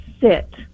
sit